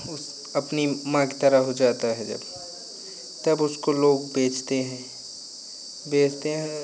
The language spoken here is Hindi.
उस अपनी माँ की तरह हो जाता है जब तब उसको लोग बेचते हैं बेचते हैं